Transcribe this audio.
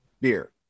beer